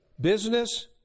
business